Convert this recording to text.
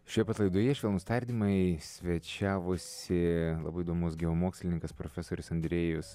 šioj pat laidoje švelnūs tardymai svečiavosi labai įdomus geomokslininkas profesorius andrėjus